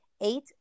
Eight